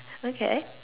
okay